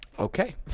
Okay